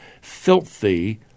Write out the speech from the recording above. filthy